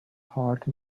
heart